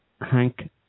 Hank